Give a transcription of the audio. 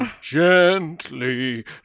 gently